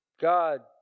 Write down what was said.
God